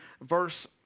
verse